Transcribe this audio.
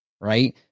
right